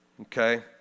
okay